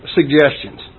suggestions